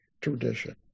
tradition